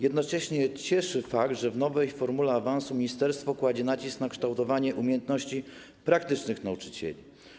Jednocześnie cieszy fakt, że w nowej formule awansu ministerstwo kładzie nacisk na kształtowanie umiejętności praktycznych nauczycieli.